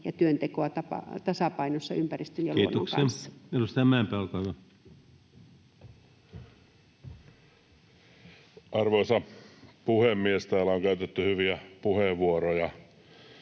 ja työntekoa tasapainossa ympäristön ja luonnon kanssa. Kiitoksia. — Edustaja Mäenpää, olkaa hyvä. Arvoisa puhemies! Täällä on käytetty hyviä puheenvuoroja.